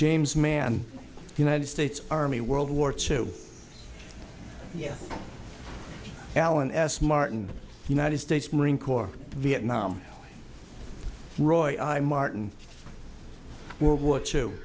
james man united states army world war two yes alan s martin the united states marine corps vietnam roy i martin world war two